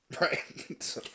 Right